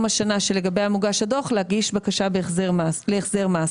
השנה שלגביה מוגש הדוח להגיש בקשה להחזר מס.